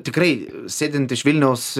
tikrai sėdint iš vilniaus